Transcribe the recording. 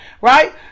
right